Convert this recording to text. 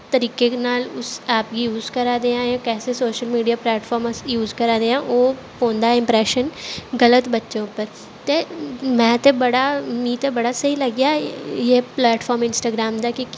तरीके दे नाल उस ऐप गी यूज करा दे आं कैसे सोशल मीडिया प्लैटफार्म अस यूज करा दे आं ओह् पौंदा इंप्रैशन गलत बच्चें उप्पर ते में ते बड़ा मी ते बड़ा स्हेई लग्गेआ इयै प्लैटफार्म इंस्टाग्राम दा कि